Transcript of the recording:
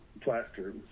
plaster